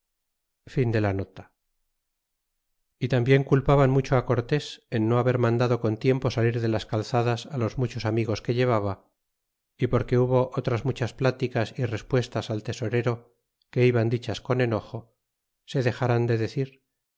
hiciera y tambien culpaban mucho á cortés en no haber mandado con tiempo salir de las calzadas á los muchos amigos que llevaba é porque hubo otras muchas pláticas y respuestas al tesorero que iban dichas con enojo se dexaran de decir